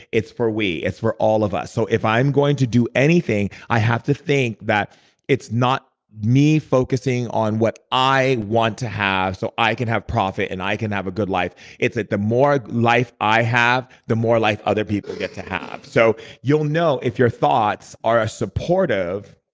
it's for we. it's for all of us. so if i'm going to do anything, i have to think that it's not me focusing on what i want to have so i can have profit and i can have a good life. it's like, ah the more life i have, the more life other people get to have so you'll know if your thoughts are ah supportive.